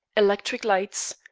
electric lights,